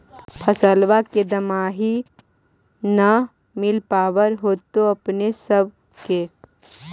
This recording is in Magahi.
फसलबा के बढ़िया दमाहि न मिल पाबर होतो अपने सब के?